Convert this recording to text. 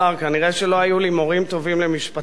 כנראה לא היו לי מורים טובים למשפטים